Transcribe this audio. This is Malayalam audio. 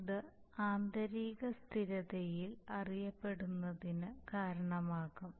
ഇത് ആന്തരിക സ്ഥിരതയിൽ അറിയപ്പെടുന്നതിന് കാരണമാകും